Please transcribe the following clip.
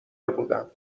بودم